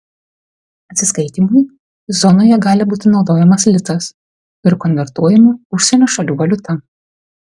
atsiskaitymui zonoje gali būti naudojamas litas ir konvertuojama užsienio šalių valiuta